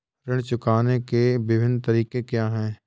ऋण चुकाने के विभिन्न तरीके क्या हैं?